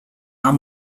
are